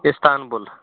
Istanbul